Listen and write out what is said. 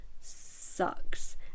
sucks